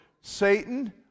Satan